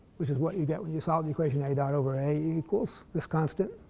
which is what you get when you solve the equation, a dot over a equals this constant.